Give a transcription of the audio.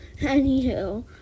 Anywho